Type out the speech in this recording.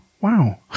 wow